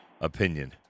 opinion